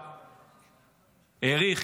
האריך,